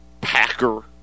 packer